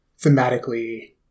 thematically